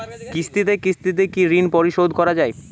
কিস্তিতে কিস্তিতে কি ঋণ পরিশোধ করা য়ায়?